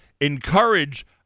encourage